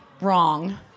wrong